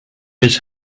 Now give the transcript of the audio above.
his